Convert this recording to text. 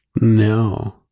No